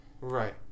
Right